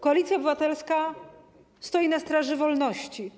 Koalicja Obywatelska stoi na straży wolności.